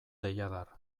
deiadar